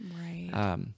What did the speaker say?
Right